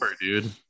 dude